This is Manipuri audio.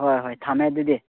ꯍꯣꯏ ꯍꯣꯏ ꯊꯝꯃꯦ ꯑꯗꯨꯗꯤ